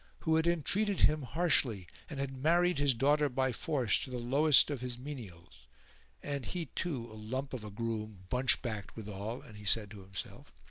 who had entreated him harshly and had married his daughter by force to the lowest of his menials and he too a lump of a groom bunch-backed withal, and he said to himself,